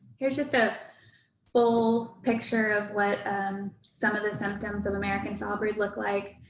here's just a full picture of what some of the symptoms of american foulbrood look like.